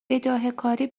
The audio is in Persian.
بداههکاری